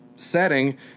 setting